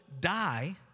die